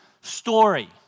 story